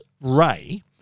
Ray